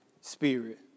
Spirit